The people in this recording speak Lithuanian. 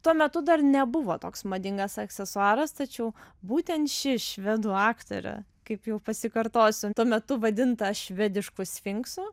tuo metu dar nebuvo toks madingas aksesuaras tačiau būtent ši švedų aktorė kaip jau pasikartosiu tuo metu vadinta švedišku sfinksu